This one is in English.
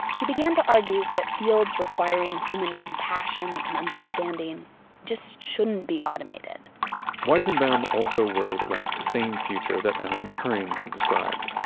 he began to argue that fields requiring human compassion and understanding just shouldn't be automated weizenbaum also worried about the same future that alan turing had described.